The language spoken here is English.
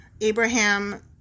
Abraham